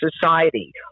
society